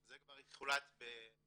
זה כבר הוחלט בתשע"ז.